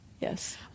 yes